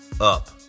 up